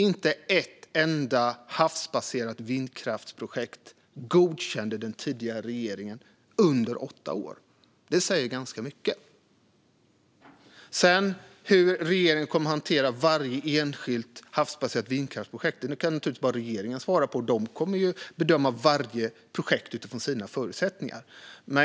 Inte ett enda havsbaserat vindkraftsprojekt godkände den tidigare regeringen under åtta år. Det säger ganska mycket. Hur regeringen kommer att hantera varje enskilt havsbaserat vindkraftsprojekt kan naturligtvis bara regeringen svara på. Den kommer att bedöma varje projekt utifrån sina förutsättningar.